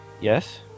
Yes